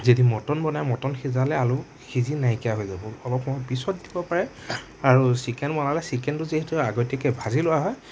যদি মটন বনায় মটন সিজালে আলু সিজি নাইকীয়া হৈ যাব অলপ সময় পিছত দিব পাৰে আৰু ছিকেন বনালে ছিকেনটো যিহেতু আগতীয়াকে ভাজি লোৱা হয়